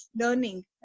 learning